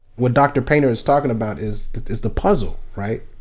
what dr. painter is talking about is is the puzzle, right?